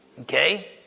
Okay